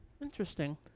interesting